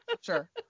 Sure